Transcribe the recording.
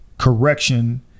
correction